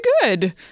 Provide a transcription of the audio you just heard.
good